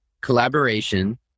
collaboration